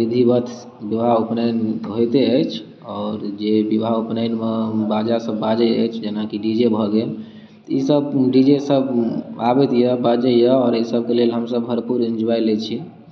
विधिवत विवाह उपनयन होइते अछि आओर जे विवाह उपनयनमे बाजा सभ बाजैत अछि जेना कि डी जे भऽ गेल तऽ ईसभ जे जे सभ आबैत यए बाजैत यए आओर एहि सभके लेल हमसभ भरपूर इन्जॉय लैत छी